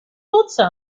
lotse